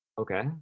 Okay